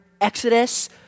Exodus